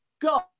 go